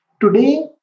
Today